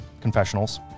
Confessionals